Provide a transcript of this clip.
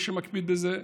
מי שמקפיד בזה,